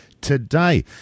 today